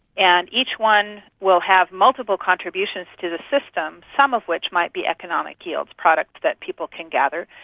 and each one will have multiple contributions to the system, some of which might be economic yields, products that people can gather,